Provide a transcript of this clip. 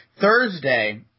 Thursday